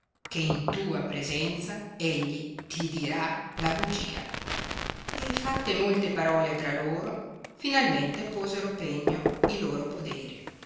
che in tua presenza egli ti dirà la bugia e fatte molte parole tra loro finalmente posero pegno i loro poderi